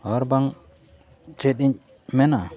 ᱟᱨ ᱵᱟᱝ ᱪᱮᱫ ᱤᱧ ᱢᱮᱱᱟ